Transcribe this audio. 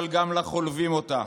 אבל גם לחולבים אותה.